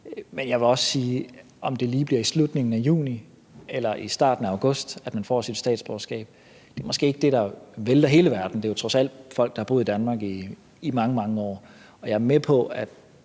Men jeg vil også sige, at om det lige bliver i slutningen af juni eller i starten af august, man får sit statsborgerskab, er måske ikke det, der vælter hele verden. Det er jo trods alt folk, der har boet i Danmark i mange, mange år. Jeg er med på, at